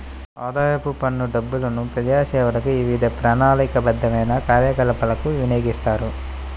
ఆదాయపు పన్ను డబ్బులను ప్రజాసేవలకు, వివిధ ప్రణాళికాబద్ధమైన కార్యకలాపాలకు వినియోగిస్తారు